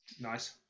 Nice